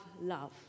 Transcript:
love